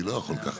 אני לא יכול ככה.